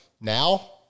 now